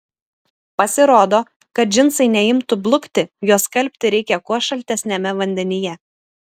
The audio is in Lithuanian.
pasirodo kad džinsai neimtų blukti juos skalbti reikia kuo šaltesniame vandenyje